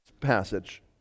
passage